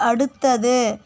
அடுத்தது